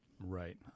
Right